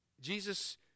Jesus